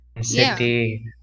City